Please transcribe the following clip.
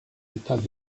états